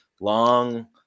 long